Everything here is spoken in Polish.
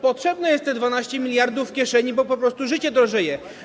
Potrzebne jest te 12 mld w kieszeni, bo po prostu życie drożeje.